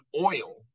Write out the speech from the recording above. oil